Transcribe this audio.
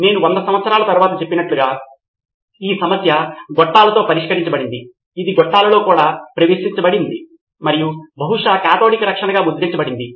విద్యార్థులు వారి నోట్స్ లను అప్లోడ్ చేస్తూనే ఉంటారు సాధారణ రిపోజిటరీని వ్యక్తిగత నోట్ సమాచారము నుండి సవరించవచ్చు సభ్యులను చేర్చుకునే ఒక పరిపాలనా బృందం ఉంటుంది ఎవరు సభ్యులను తీసుకోవచ్చు ఎవరు సమాచారముపై ట్రాక్ చేయవచ్చు